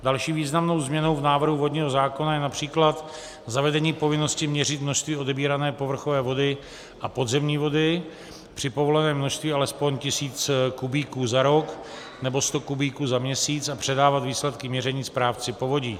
Další významnou změnou v návrhu vodního zákona je například zavedení povinnosti měřit množství odebírané povrchové vody a podzemní vody při povoleném množství alespoň 1 tisíc kubíků za rok nebo 100 kubíků za měsíc a předávat výsledky měření správci povodí.